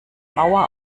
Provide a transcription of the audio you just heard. mauer